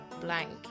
blank